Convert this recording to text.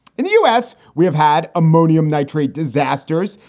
in the us we have had ammonium nitrate disasters.